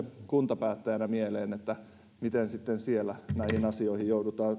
kuntapäättäjänä mieleen että miten sitten siellä näihin asioihin